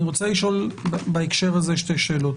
אני רוצה לשאול בהקשר הזה שתי שאלות.